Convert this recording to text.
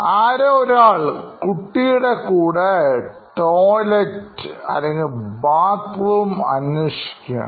ആരോ ഒരാൾ കുട്ടിയുടെ കൂടെ ടോയ്ലറ്റ് അല്ലെങ്കിൽ കുളിമുറി അന്വേഷിക്കുകയാണ്